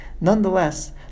Nonetheless